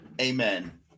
Amen